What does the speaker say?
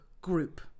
group